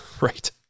right